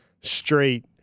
straight